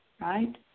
right